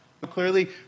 clearly